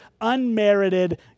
unmerited